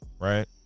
right